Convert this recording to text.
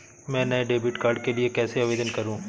मैं नए debit card के लिए कैसे आवेदन करूं?